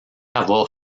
avoir